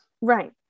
Right